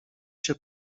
się